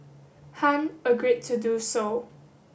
Han agreed to do so